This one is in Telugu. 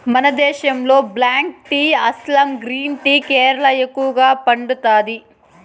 మన దేశంలో black tea Assam green tea Kerala ఎక్కువగా పండతాండాది